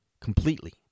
Completely